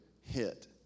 hit